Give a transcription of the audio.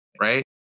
right